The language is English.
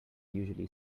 usually